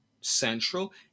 Central